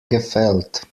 gefällt